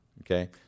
okay